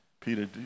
Peter